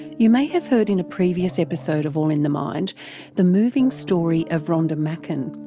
you may have heard in a previous episode of all in the mind the moving story of rhonda macken.